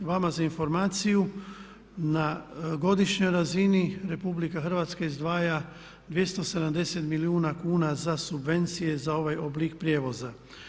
Vama za informaciju na godišnjoj razini RH izdvaja 270 milijuna kuna za subvencije za ovaj oblik prijevoza.